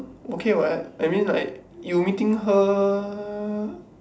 okay what I mean like you meeting her